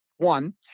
One